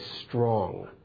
strong